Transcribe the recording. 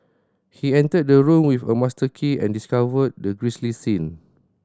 he entered the room with a master key and discovered the grisly scene